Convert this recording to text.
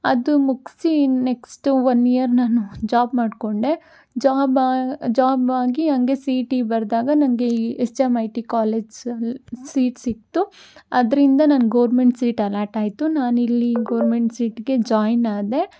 ಅದು ಮುಗಿಸಿ next one year ನಾನು ಜಾಬ್ ಮಾಡಿಕೊಂಡೆ ಜಾಬ ಜಾಬಾಗಿ ಹಂಗೆ ಸಿ ಇ ಟಿ ಬರೆದಾಗ ನನಗೆ ಈ ಎಚ್ ಎಮ್ ಐ ಟಿ ಕಾಲೇಜಲ್ಲಿ ಸೀಟ್ ಸಿಕ್ತು ಅದರಿಂದ ನಾನು ಗೋರ್ಮೆಂಟ್ ಸೀಟ್ ಅಲಾಟ್ ಆಯಿತು ನಾನಿಲ್ಲಿ ಗೋರ್ಮೆಂಟ್ ಸೀಟ್ಗೆ ಜಾಯ್ನ್ ಆದೆ